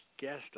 guest